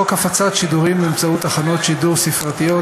חוק הפצת שידורים באמצעות תחנות שידור ספרתיות,